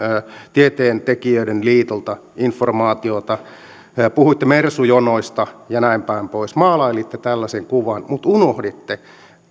tieteentekijöiden liitolta informaatiota puhuitte mersu jonoista ja näinpäin pois maalailitte tällaisen kuvan mutta unohditte